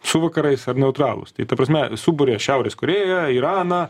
su vakarais ar neutralūs tai ta prasme suburia šiaurės korėją iraną